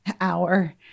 hour